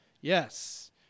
Yes